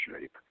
shape